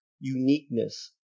uniqueness